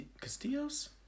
Castillo's